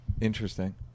interesting